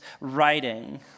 writing